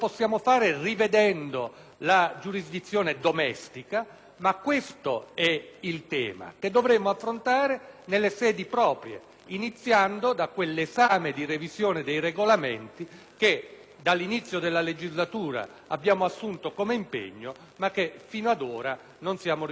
la giurisdizione domestica. Ma questo è il tema che dovremmo affrontare nelle sedi proprie, iniziando da quell'esame di revisione dei Regolamenti che dall'inizio della legislatura abbiamo assunto come impegno, ma che fino ad ora non siamo riusciti a portare avanti.